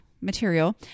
material